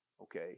okay